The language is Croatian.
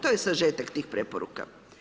To je sažetak tih preporuka.